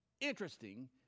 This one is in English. interesting